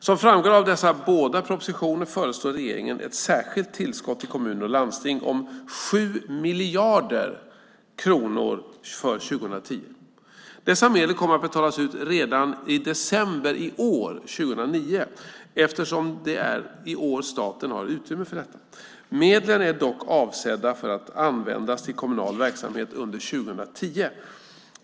Som framgår av dessa båda propositioner föreslår regeringen ett särskilt tillskott till kommuner och landsting om 7 miljarder kronor för 2010. Dessa medel kommer att betalas ut redan i december 2009 eftersom det är i år staten har utrymme att göra detta. Medlen är dock avsedda att användas till kommunal verksamhet under 2010.